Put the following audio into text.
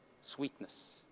Sweetness